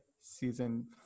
season